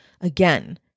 again